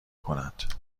کند